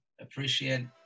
Appreciate